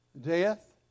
Death